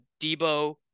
Debo